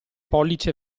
pollice